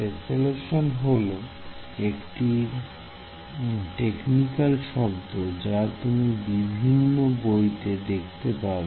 tessellation হল একটি technical শব্দ যা তুমি বিভিন্ন বইতে দেখতে পাবে